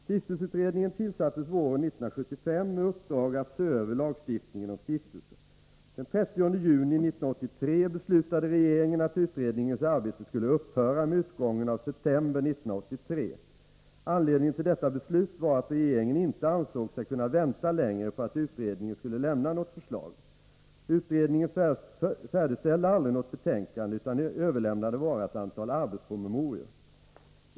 Stiftelseutredningen tillsattes våren 1975 med uppdrag att se över lagstiftningen om stiftelser. Den 30 juni 1983 beslutade regeringen att utredningens arbete skulle upphöra med utgången av september månad 1983. Anledningen till detta beslut var att regeringen inte ansåg sig kunna vänta längre på att utredningen skulle lämna något förslag. Utredningen färdigställde aldrig något betänkande utan överlämnade bara ett antal arbetspromemorior.